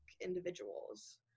individuals